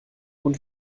und